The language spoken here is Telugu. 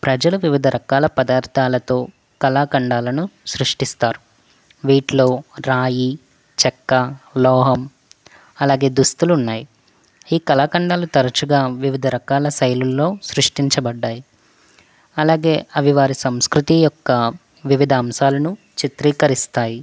ప్రజలకు వివిధ రకాల పదార్థాలతో కళాఖండాలను సృష్టిస్తారు వీటిలో రాయి చెక్క లోహం అలాగే దుస్తులు ఉన్నాయి ఈ కళాఖండాలు తరచుగా వివిధ రకాల శైలిల్లో సృష్టించబడ్డాయి అలాగే అవి వారి సంస్కృతి యొక్క వివిధ అంశాలను చిత్రీకరిస్తాయి